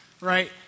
right